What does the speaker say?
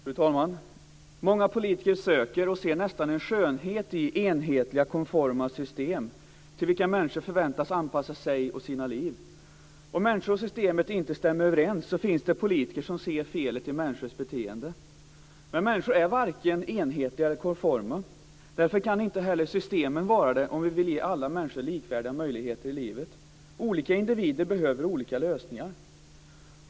Fru talman! Många politiker söker och ser nästan en skönhet i enhetliga konforma system till vilka människor förväntas anpassa sig och sina liv. Om människor och system inte stämmer överens finns det politiker som ser felet i människors beteende. Men människor är varken enhetliga eller konforma. Därför kan inte heller systemen vara det om vi vill ge alla människor likvärdiga möjligheter i livet. Olika individer behöver olika lösningar.